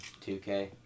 2K